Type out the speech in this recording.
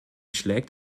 schlägt